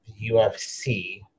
UFC